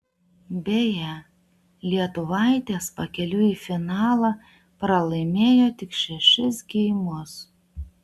beje lietuvaitės pakeliui į finalą pralaimėjo tik šešis geimus